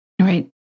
Right